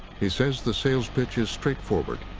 he says the sales pitch is straightforward.